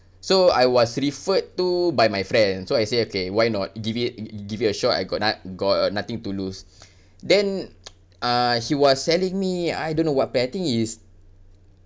so I was referred to by my friends so I said okay why not give it give it a shot I got no~ got nothing to lose then uh he was selling me I don't know what plan I think is